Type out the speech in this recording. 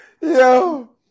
Yo